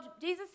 Jesus